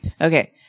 Okay